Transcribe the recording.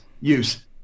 use